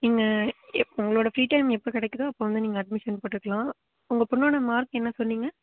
நீங்கள் எப்போ உங்களோட ஃப்ரீ டைம் எப்போ கெடைக்கிதோ அப்போ வந்து நீங்கள் அட்மிஷன் போட்டுக்கலாம் உங்க பொண்ணோடய மார்க் என்ன சொன்னிங்கள்